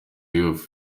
diouf